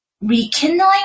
rekindling